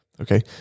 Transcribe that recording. Okay